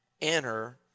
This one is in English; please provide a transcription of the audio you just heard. enter